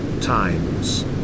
times